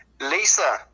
Lisa